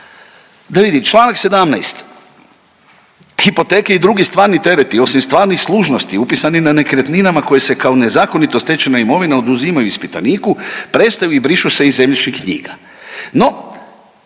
Da vidim, članak 17. Hipoteke i drugi stvarni tereti. Osim stvarnih služnosti upisani na nekretninama koji se kao nezakonito stečena imovina oduzimaju ispitaniku prestaju i brišu se iz zemljišnih knjiga,